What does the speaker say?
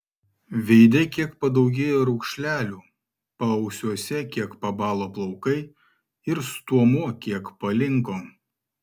veide kiek padaugėjo raukšlelių paausiuose kiek pabalo plaukai ir stuomuo kiek palinko